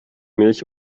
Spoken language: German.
milch